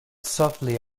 softly